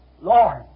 Lord